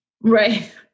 Right